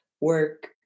work